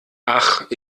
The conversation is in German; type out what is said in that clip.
ach